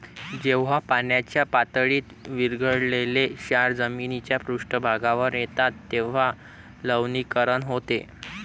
जेव्हा पाण्याच्या पातळीत विरघळलेले क्षार जमिनीच्या पृष्ठभागावर येतात तेव्हा लवणीकरण होते